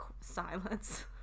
silence